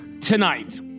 tonight